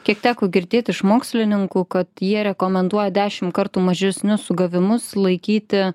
kiek teko girdėt iš mokslininkų kad jie rekomenduoja dešim kartų mažesnius sugavimus laikyti